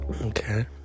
Okay